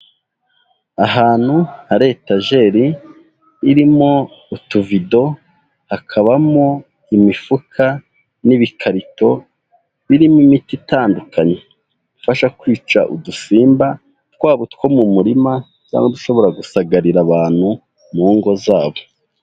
Ahantu hari etajeri irimo utuvido, hakabamo imifuka n'ibikarito birimo imiti itandukanye. Ifasha kwica udusimba twaba utwo mu murima, cyangwa udushobora gusagarira abantu mu ngo zabo.